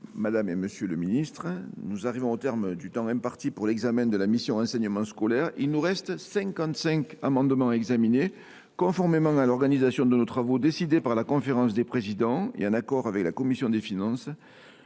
d’objet. Mes chers collègues, nous arrivons au terme du temps imparti pour l’examen de la mission « Enseignement scolaire ». Il nous reste cinquante cinq amendements à examiner. Dès lors, conformément à l’organisation de nos travaux décidée par la conférence des présidents et en accord avec la commission des finances,